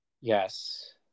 Yes